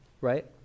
right